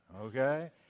okay